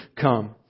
come